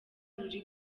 ruri